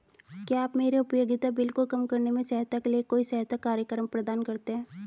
क्या आप मेरे उपयोगिता बिल को कम करने में सहायता के लिए कोई सहायता कार्यक्रम प्रदान करते हैं?